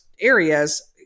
areas